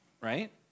right